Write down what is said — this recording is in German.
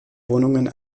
wohnungen